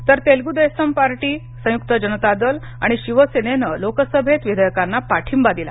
तर तेलुगु देसम पार्टी संयुक्त जनता दल आणि शिवसेनेनं लोकसभेत विधेयकांना पाठींबा दिला